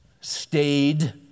stayed